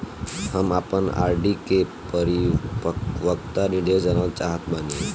हम आपन आर.डी के परिपक्वता निर्देश जानल चाहत बानी